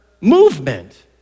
movement